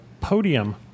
podium